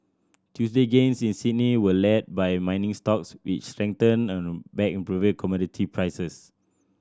Tuesday gains in Sydney were led by mining stocks which strengthened on the back improving commodity prices